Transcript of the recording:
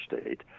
state